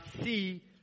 see